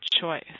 choice